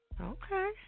Okay